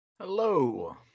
hello